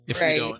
right